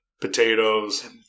potatoes